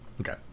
Okay